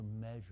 measure